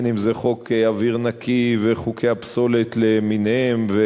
בין אם זה חוק אוויר נקי וחוקי הפסולת למיניהם,